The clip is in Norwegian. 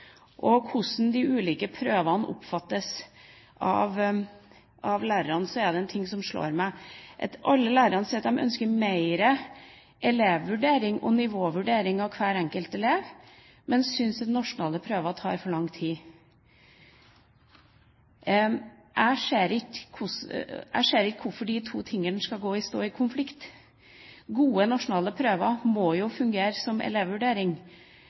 og hvordan de ulike prøvene oppfattes av lærerne, er det én ting som slår meg: Alle lærerne sier at de ønsker mer elevvurdering, nivåvurdering av hver enkelt elev, men syns at nasjonale prøver tar for lang tid. Jeg ser ikke hvorfor de to tingene skal stå i konflikt. Gode nasjonale prøver må jo fungere som elevvurdering